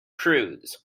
prudes